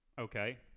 Okay